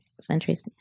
centuries